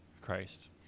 Christ